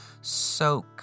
soak